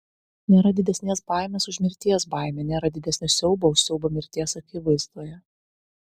nėra didesnės baimės už mirties baimę nėra didesnio siaubo už siaubą mirties akivaizdoje